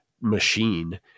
machine